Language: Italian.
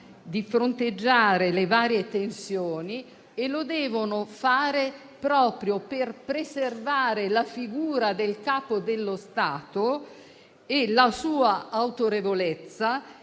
di fronteggiare le varie tensioni e lo devono fare proprio per preservare la figura del Capo dello Stato e la sua autorevolezza,